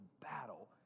battle